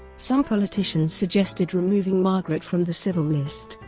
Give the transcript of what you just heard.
some politicians suggested removing margaret from the civil list.